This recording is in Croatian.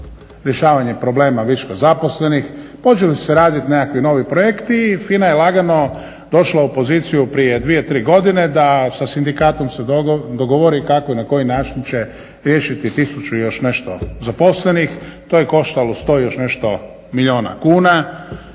rješavanje problema viška zaposlenih, počeli su se raditi nekakvi novi projekti i FINA je lagano došla u poziciju prije dvije, tri godine da sa sindikatom se dogovori kako i na koji način će riješiti tisuću i još nešto zaposlenih. To je koštalo sto i još nešto milijuna kuna